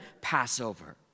Passover